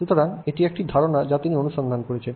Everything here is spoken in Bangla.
সুতরাং এটি একটি ধারণা যা তিনি অনুসন্ধান করেছেন